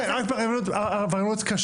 זה רק בעבריינות קשה.